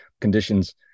conditions